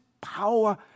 power